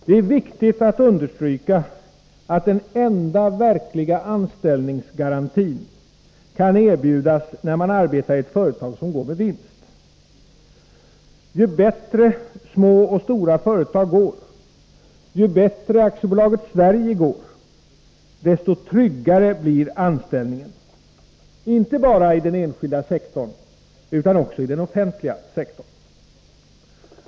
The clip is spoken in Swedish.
Det är viktigt att understryka att den enda verkliga anställningsgarantin kan erbjudas när man arbetar i ett företag som går med vinst. Ju bättre små och stora företag går, ju bättre AB Sverige går, desto tryggare blir anställningen, inte bara i den enskilda sektorn utan också i den offentliga sektorn.